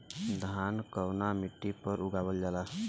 धान कवना मिट्टी पर उगावल जाला?